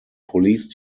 police